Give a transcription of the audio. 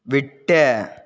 விட்டு